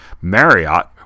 Marriott